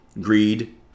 greed